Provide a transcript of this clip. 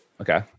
Okay